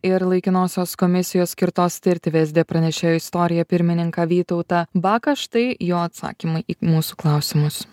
ir laikinosios komisijos skirtos tirti vsd pranešėjo istoriją pirmininką vytautą baką štai jo atsakymai į mūsų klausimus